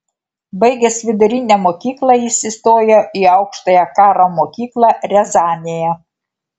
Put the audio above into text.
baigęs vidurinę mokyklą jis įstojo į aukštąją karo mokyklą riazanėje